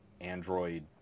Android